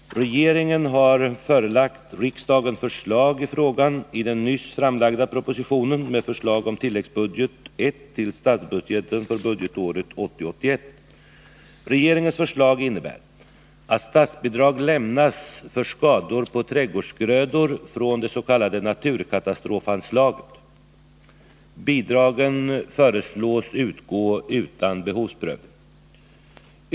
Regeringen har förelagt riksdagen förslag i frågan i den nyss framlagda propositionen med förslag om tilläggsbudget I till statsbudgeten för budgetåret 1980/81. Regeringens förslag innebär att statsbidrag lämnas för skador på trädgårdsgrödor från det s.k. naturkatastrofanslaget. Bidragen föreslås utgå utan behovsprövning.